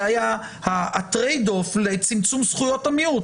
זה היה הטרייד אוף לצמצום זכויות המיעוט.